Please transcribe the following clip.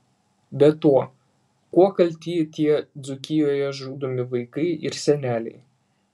be to kuo kalti tie dzūkijoje žudomi vaikai ir seneliai